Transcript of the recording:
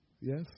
Yes